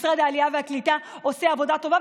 משרד העלייה והקליטה עושה עבודה טובה,